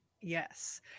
Yes